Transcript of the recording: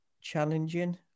challenging